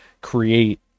create